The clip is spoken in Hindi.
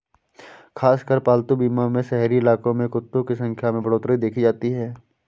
खासकर पालतू बीमा में शहरी इलाकों में कुत्तों की संख्या में बढ़ोत्तरी देखी जाती है